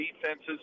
defenses